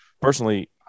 Personally